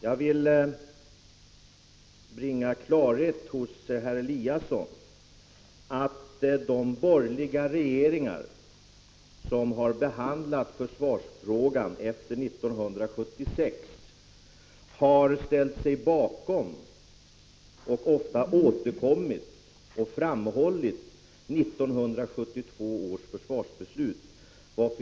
Jag vill skapa klarhet hos herr Eliasson om att de borgerliga regeringar som har behandlat försvarsfrågan efter 1976 har ställt sig bakom samt ofta återkommit till och framhävt 1972 års försvarsbeslut.